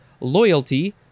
loyalty